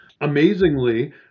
Amazingly